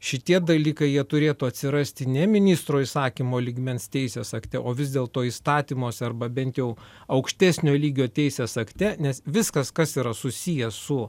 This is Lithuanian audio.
šitie dalykai jie turėtų atsirasti ne ministro įsakymo lygmens teisės akte o vis dėlto įstatymuose arba bent jau aukštesnio lygio teisės akte nes viskas kas yra susiję su